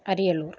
Ariyalur